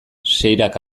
seirak